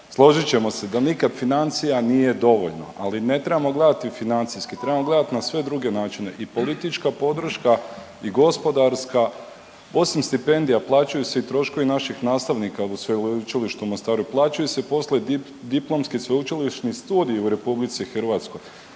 složit ćemo se da nikad financija nije dovoljno, ali ne trebamo gledati financijski, trebamo gledat na sve druge načine i politička podrška i gospodarska, osim stipendija plaćaju se i troškovi naših nastavnika …/Govornik se ne razumije/…čuli što u Mostaru, plaćaju se i poslovi diplomski sveučilišni studij u RH. Pa evo